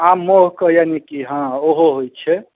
आम मोहु के यानी कि हॅं ओहो होइ छै